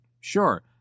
Sure